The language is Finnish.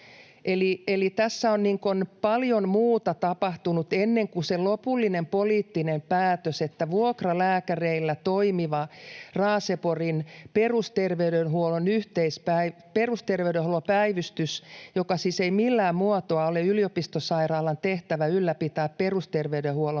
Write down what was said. tässä on paljon muuta tapahtunut ennen sitä lopullista poliittista päätöstä, että vuokralääkäreillä toimiva Raaseporin perusterveydenhuollon päivystys, joka siis ei millään muotoa ole yliopistosairaalan tehtävä ylläpitää perusterveydenhuollon päivystystä,